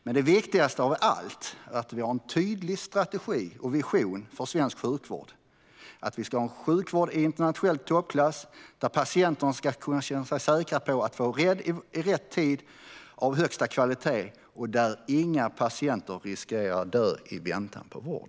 Men det viktigaste av allt är att vi har en tydlig strategi och vision för svensk sjukvård. Vi ska ha en sjukvård i internationell toppklass och där patienterna ska kunna känna sig säkra på att få vård i rätt tid och av högsta kvalitet. Och inga patienter ska riskera att dö i väntan på vård.